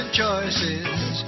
choices